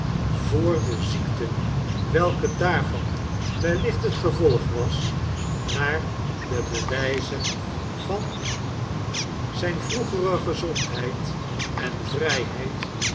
voor de ziekte welke daarvan wellicht het gevolg was naar de bewijzen van zijne vroegere gezondheid en vrijheid